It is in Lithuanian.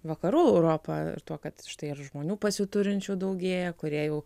vakarų europą ir tuo kad štai ir žmonių pasiturinčių daugėja kurie jau